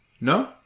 No